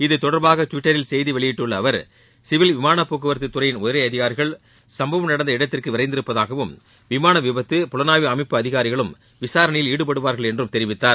இதுதொடர்பாக டுவிட்டரில் செய்தி வெளியிட்டுள்ள அவர் சிவில் விமானப் போக்குவரத்து துறையின் உயரதிகாரிகள் சம்பவம் நடந்த இடத்திற்கு விரைந்திருப்பதாகவும் விமான விபத்து புலனாய்வு அமைப்பு அதிகாரிகளும் விசாரணையில் ஈடுபடுவார்கள் என்றும் தெரிவித்தார்